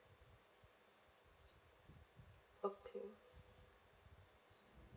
okay